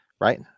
right